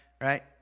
right